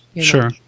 Sure